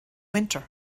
winter